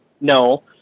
no